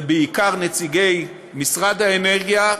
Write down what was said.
זה בעיקר נציגי משרד האנרגיה,